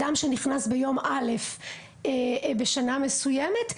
לאדם שנכנס ביום א' בשנה מסוימת,